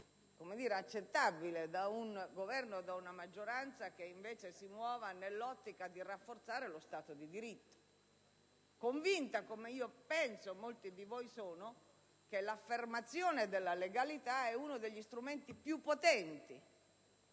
compiuto da un Governo e da una maggioranza che, invece, si muovono nell'ottica di rafforzare lo Stato di diritto, convinta come sono - e come penso molti di voi - che l'affermazione della legalità sia uno degli strumenti più potenti